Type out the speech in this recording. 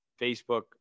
Facebook